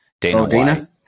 Dana